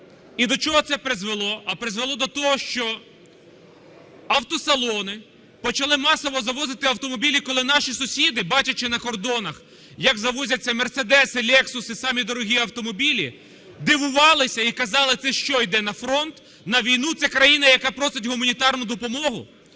І до чого це призвело? А призвело до того, що автосалони почали масово завозити автомобілі, коли наші сусіди, бачачи на кордонах, як завозяться "мерседеси", "лексуси", самі дорогі автомобілі, дивувалися і казали: це що, йде на фронт, на війну? Це країна, яка просить гуманітарну допомогу?